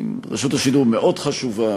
רשות השידור מאוד חשובה,